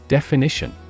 Definition